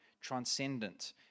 transcendent